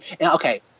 Okay